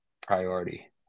priority